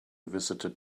visited